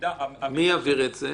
מי יעביר את זה?